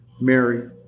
Mary